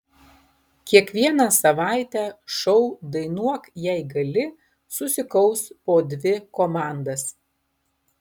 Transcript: kiekvieną savaitę šou dainuok jei gali susikaus po dvi komandas